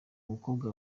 umukobwa